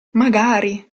magari